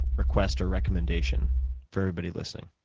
request or recommendation for everybody listening?